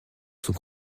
sont